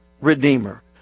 Redeemer